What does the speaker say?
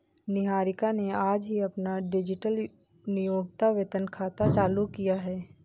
निहारिका ने आज ही अपना डिजिटल नियोक्ता वेतन खाता चालू किया है